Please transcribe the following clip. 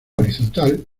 horizontal